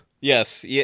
Yes